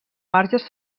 marges